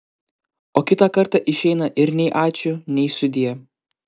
o kitą kartą išeina ir nei ačiū nei sudie